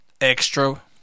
extra